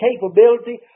capability